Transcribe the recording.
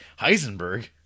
Heisenberg